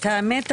את האמת,